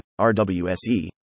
RWSE